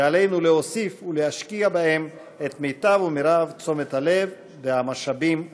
ועלינו להוסיף ולהשקיע בהם את מיטב ומרב תשומת הלב והמשאבים הנאותים.